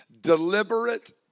deliberate